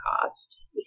cost